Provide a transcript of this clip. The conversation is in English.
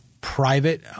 private